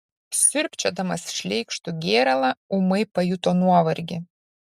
siurbčiodamas šleikštų gėralą ūmai pajuto nuovargį